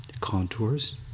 contours